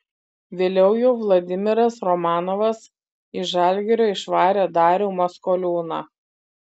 vėliau jau vladimiras romanovas iš žalgirio išvarė darių maskoliūną